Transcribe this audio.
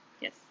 yes